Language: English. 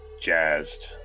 jazzed